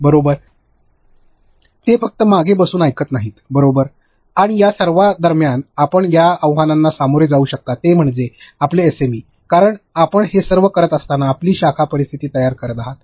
बरोबर ते फक्त मागे बसून ऐकत नाहीत बरोबर आणि या सर्वा दरम्यान आपण ज्या आव्हानांना सामोरे जाऊ शकता ते म्हणजे आपले एसएमई कारण आपण हे सर्व करत असताना आपण शाखा परिस्थिती तयार करीत आहात